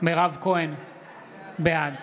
בעד